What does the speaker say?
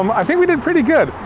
um i think we did pretty good.